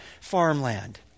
farmland